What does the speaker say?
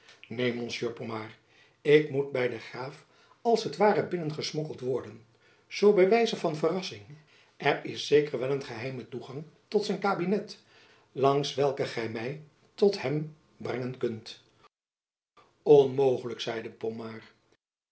neen monsieur pomard ik moet by den graaf als t ware binnen gesmokkeld worden zoo by wijze van verrassing er is zeker wel een geheime toegang tot zijn kabinet langs welken gy my tot hem brengen kurlt onmogelijk zeide pomard